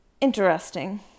interesting